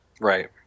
Right